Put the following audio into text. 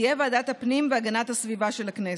תהיה ועדת הפנים והגנת הסביבה של הכנסת.